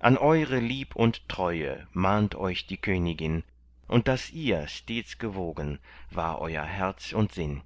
an eure lieb und treue mahnt euch die königin und daß ihr stets gewogen war euer herz und sinn